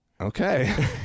okay